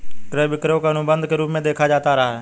क्रय विक्रय को अनुबन्ध के रूप में देखा जाता रहा है